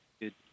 Good